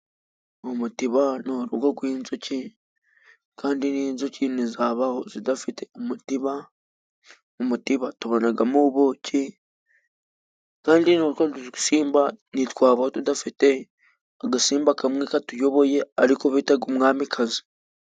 Mu mutiba ni uw'inzuki, kandi n'inzuki ntizabaho zidafite umutiba. Mu mutiba tubonamo ubuki, kandi n'utwo dusimba ntitwabaho, tudafite agasimba kamwe katuyoboye ariko bita umwamikazi.